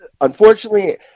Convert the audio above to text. unfortunately